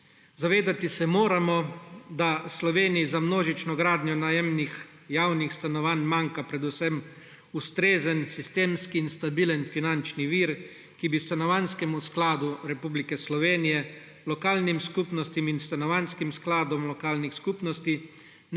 Zavedati se moramo, da Sloveniji za množično gradnjo najemnih javnih stanovanj manjka predvsem ustrezen sistemski in stabilen finančni vir, ki bi Stanovanjskemu skladu Republike Slovenije, lokalnim skupnostim in stanovanjskim skladom lokalnih skupnosti,